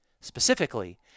Specifically